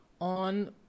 on